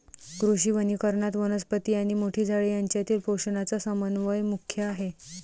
कृषी वनीकरणात, वनस्पती आणि मोठी झाडे यांच्यातील पोषणाचा समन्वय मुख्य आहे